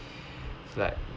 like